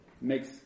makes